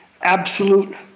absolute